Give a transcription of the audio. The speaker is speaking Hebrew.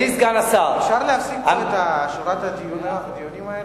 אפשר בבקשה להפסיק את שורת הדיונים האלה?